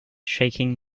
shaking